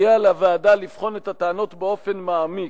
יהיה על הוועדה לבחון את הטענות באופן מעמיק,